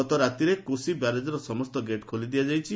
ଗତ ରାତିରେ କୋଶି ବ୍ୟାରେଜ୍ର ସମସ୍ତ ଗେଟ୍ ଖୋଲି ଦିଆଯାଇଛି